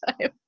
time